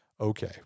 okay